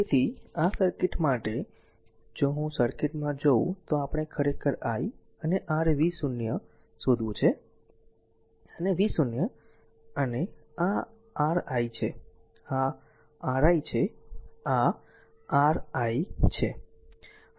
તેથી આ સર્કિટ માટે જો હું સર્કિટમાં જોઉં તો આપણે ખરેખર i અને r v0 શોધવું છે અને v0 અને આ r i છે આ r i છે આ r i છે